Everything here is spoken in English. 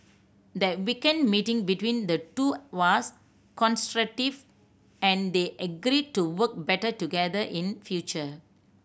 the weekend meeting between the two was constructive and they agreed to work better together in future